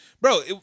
Bro